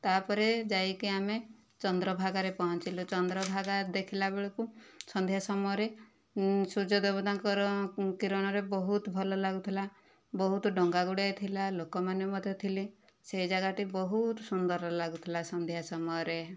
ତା'ପରେ ଯାଇକି ଆମେ ଚନ୍ଦ୍ରଭାଗାରେ ପହଞ୍ଚିଲୁ ଚନ୍ଦ୍ରଭାଗା ଦେଖିଲା ବେଳକୁ ସନ୍ଧ୍ୟା ସମୟରେ ସୂର୍ଯ୍ୟ ଦେବତାଙ୍କର କିରଣରେ ବହୁତ ଭଲ ଲାଗୁଥିଲା ବହୁତ ଡଙ୍ଗା ଗୁଡ଼ାଏ ଥିଲା ଲୋକମାନେ ମଧ୍ୟ ଥିଲେ ସେ ଯାଗାଟି ବହୁତ ସୁନ୍ଦର ଲାଗୁଥିଲା ସନ୍ଧ୍ୟା ସମୟରେ